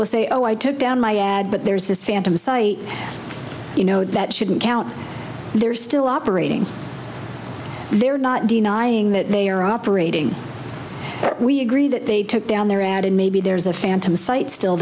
will say oh i took down my ad but there's this phantom site you know that shouldn't count they're still operating they're not denying that they are operating but we agree that they took down their ad and maybe there's a phantom site still